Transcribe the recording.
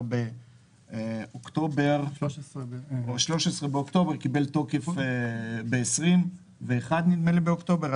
בממשלה ב-13 באוקטובר וקיבל תוקף ב-21 באוקטובר.